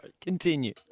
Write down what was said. Continue